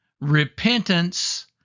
repentance